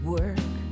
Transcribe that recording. work